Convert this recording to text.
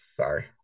Sorry